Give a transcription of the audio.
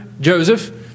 Joseph